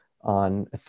on